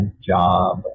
job